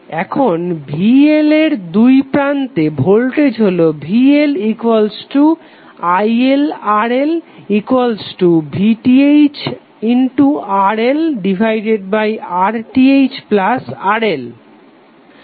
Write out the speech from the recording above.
এখন VL এর দুইপ্রান্তে ভোল্টেজ হলো VLILRLVThRLRThRL